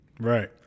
Right